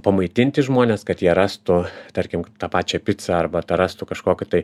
pamaitinti žmones kad jie rastų tarkim tą pačią picą arba tą rastų kažkokį tai